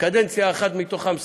קדנציה אחת מתוכן כשר.